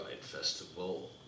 Festival